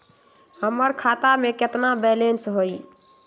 हमर खाता में केतना बैलेंस हई?